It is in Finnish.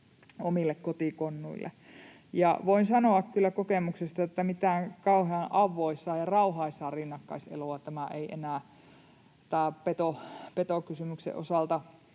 omille kotikonnuille. Voin sanoa kyllä kokemuksesta, että mitään kauhean auvoisaa ja rauhaisaa rinnakkais-eloa tämä ei enää tämän petokysymyksen osalta